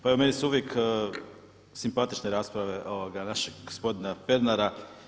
Pa evo meni su uvijek simpatične rasprave našeg gospodina Pernara.